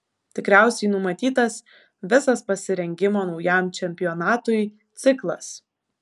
tikriausiai numatytas visas pasirengimo naujam čempionatui ciklas